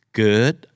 good